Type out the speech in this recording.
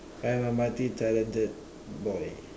I'm a multi talented boy